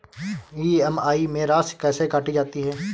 EMI में राशि कैसे काटी जाती है?